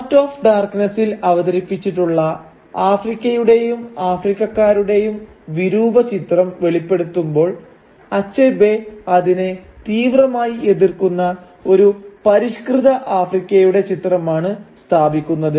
heart of ഡാർക്നെസ്സിൽ അവതരിപ്പിച്ചിട്ടുള്ള ആഫ്രിക്കയുടെയും ആഫ്രിക്കക്കാരുടെയും വിരൂപ ചിത്രം വെളിപ്പെടുത്തുമ്പോൾ അച്ചബേ അതിനെ തീവ്രമായി എതിർക്കുന്ന ഒരു പരിഷ്കൃത ആഫ്രിക്കയുടെ ചിത്രമാണ് സ്ഥാപിക്കുന്നത്